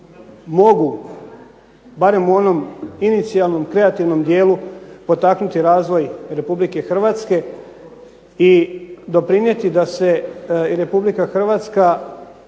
mogu, barem u onom inicijalnom, kreativnom dijelu potaknuti razvoj Republike Hrvatske i doprinijeti da se i Republika Hrvatska